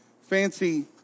fancy